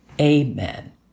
Amen